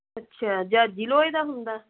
ਅੱਛਾ ਜਾ ਜੀ ਲੋਹੇ ਦਾ ਹੁੰਦਾ